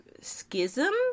schism